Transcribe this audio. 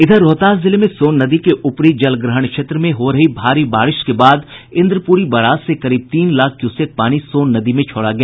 इधर रोहतास जिले में सोन नदी के ऊपरी जल ग्रहण क्षेत्र में हो रही भारी वर्षा के बाद इंद्रपूरी बराज से करीब तीन लाख क्यूसेक पानी सोन नदी में छोड़ा गया